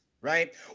Right